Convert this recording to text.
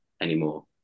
anymore